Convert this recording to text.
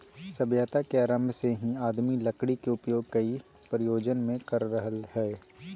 सभ्यता के आरम्भ से ही आदमी लकड़ी के उपयोग कई प्रयोजन मे कर रहल हई